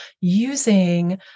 using